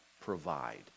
provide